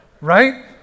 Right